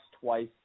twice